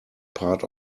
part